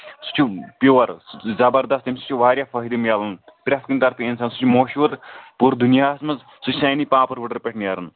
سُہ چھُ پِیور زَبردست تَمہِ سۭتۍ چھُ واریاہ فٲیدٕ ملان پرٮ۪تھ کُنہِ طرفہٕ اِنسان سُہ چھُ مشہوٗر پوٗرٕ دُنیاہَس منٛز سُہ چھُ سانی پانٛپر وُڑرِ پٮ۪ٹھ نیران